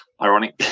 ironic